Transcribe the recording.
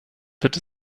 wird